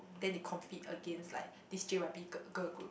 then they compete against like this J_Y_P girl girl group